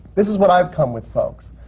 this is what i've come with, folks.